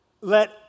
Let